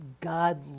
God